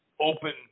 open